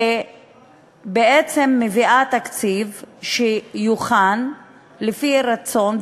שבעצם מביאה תקציב שיוכן לפי רצונה,